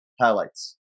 highlights